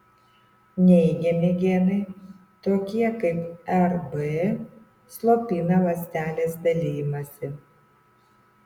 neigiami genai tokie kaip rb slopina ląstelės dalijimąsi